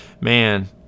man